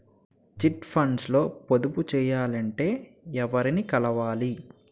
Chit funds లో పొదుపు చేయాలంటే ఎవరిని కలవాలి?